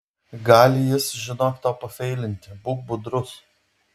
gali jis žinok tau pafeilinti būk budrus